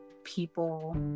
People